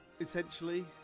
Essentially